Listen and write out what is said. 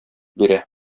бирә